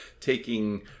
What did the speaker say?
taking